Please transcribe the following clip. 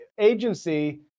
agency